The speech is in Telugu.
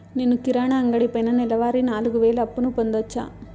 నేను కిరాణా అంగడి పైన నెలవారి నాలుగు వేలు అప్పును పొందొచ్చా?